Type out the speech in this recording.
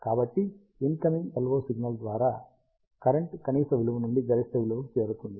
కాబట్టి incoming LO signal ద్వారా current కనీస విలువ నుండి గరిష్ట విలువ కి చేరుతుంది